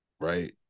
right